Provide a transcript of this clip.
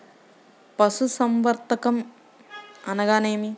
పశుసంవర్ధకం అనగా ఏమి?